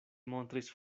montris